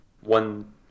one